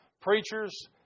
Preachers